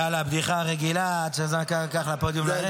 יאללה, הבדיחה הרגילה, עד שייקח לפודיום לרדת.